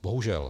Bohužel.